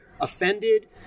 offended